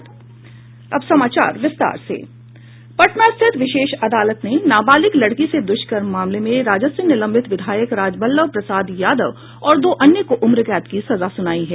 पटना स्थित विशेष अदालत ने नाबालिग लड़की से द्रष्कर्म मामले में राजद से निलंबित विधायक राजबल्लभ प्रसाद यादव और दो अन्य को उम्रकैद की सजा सुनाई है